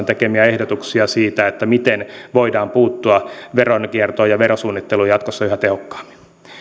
tekemiä ehdotuksia siitä miten voidaan puuttua veronkiertoon ja verosuunnitteluun jatkossa yhä tehokkaammin